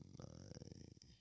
night